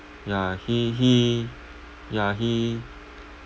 ya he he ya he